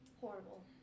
horrible